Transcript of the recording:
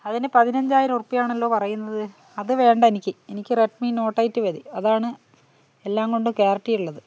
അതിന് പതിനഞ്ചായിരം ഉറുപ്പിയാണല്ലോ പറയുന്നത് അത് വേണ്ടെനിക്ക് എനിക്ക് റെഡ്മി നോട്ട് എയ്റ്റ് മതി അതാണ് എല്ലാം കൊണ്ടും ക്യാരിട്ടി ഉള്ളത്